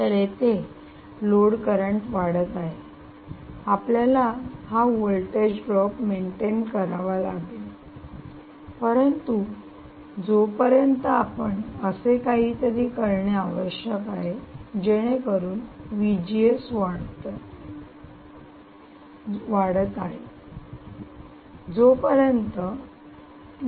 तर येथे load current वाढत आहे आपल्याला हा व्होल्टेज ड्रॉप मेंटेन करावा लागेल परंतु जोपर्यंत आपण असे काहीतरी करणे आवश्यक आहे जेणेकरुन वाढतं आहे जोपर्यंत 3